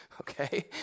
okay